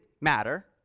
matter